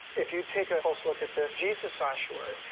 if you take a close look at this jesus ossuary,